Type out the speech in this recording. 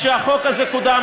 כשהחוק הזה קודם,